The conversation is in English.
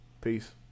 peace